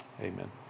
Amen